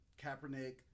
Kaepernick